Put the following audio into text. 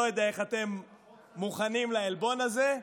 לא יודע איך אתם מוכנים לעלבון הזה,